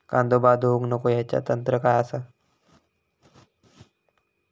कांदो बाद होऊक नको ह्याका तंत्र काय असा?